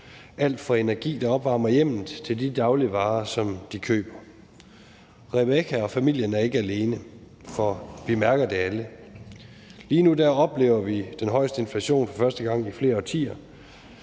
alt fra energi, der opvarmer hjemmet, til de dagligvarer, som de køber. Rebekka og familien er ikke alene, for vi mærker det alle. Men lige nu oplever vi den højeste inflation i flere årtier;